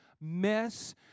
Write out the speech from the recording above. mess